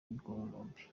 birombe